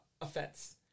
offense